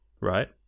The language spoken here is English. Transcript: right